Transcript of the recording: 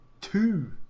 two